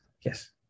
Yes